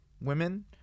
women